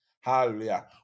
Hallelujah